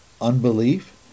unbelief